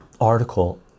article